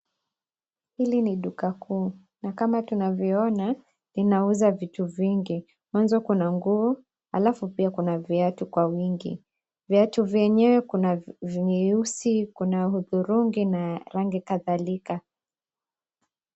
Hili ni duka kuu, na kama tunavyoona, inauza vitu vingi. Mwanzo kuna nguo alafu pia kuna viatu kwa wingi. Viatu vyenyewe kuna vyeusi, kuna hudhurungi na rangi kadhalika.